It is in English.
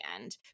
end